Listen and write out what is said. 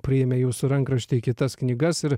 priėmė jūsų rankraštį į kitas knygas ir